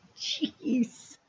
Jeez